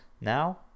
Now